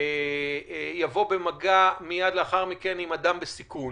יבוא במגע מיד לאחר מכן עם אדם בסיכון